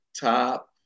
top